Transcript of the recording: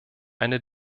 eine